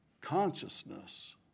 Consciousness